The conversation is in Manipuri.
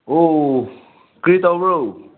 ꯑꯣ ꯀ꯭ꯔꯤ ꯇꯧꯕ꯭ꯔꯣ